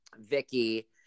Vicky